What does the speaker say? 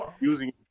using